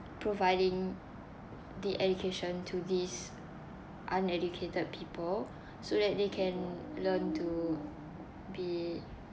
providing the education to these uneducated people so that they can learn to be